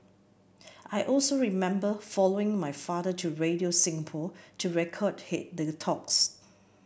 I also remember following my father to Radio Singapore to record hit the talks